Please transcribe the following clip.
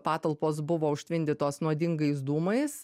patalpos buvo užtvindytos nuodingais dūmais